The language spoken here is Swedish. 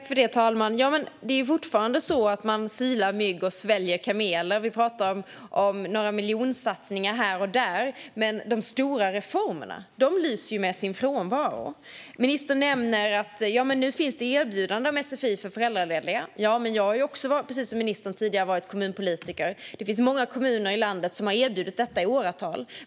Fru talman! Det är ju fortfarande så att man silar mygg och sväljer kameler; vi talar om några miljonsatsningar här och där, men de stora reformerna lyser med sin frånvaro. Ministern nämner att det nu finns erbjudande om sfi för föräldralediga. Precis som ministern har jag tidigare varit kommunpolitiker, och det finns många kommuner i landet som har erbjudit detta i åratal.